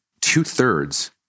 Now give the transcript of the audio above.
two-thirds